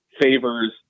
favors